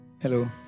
Hello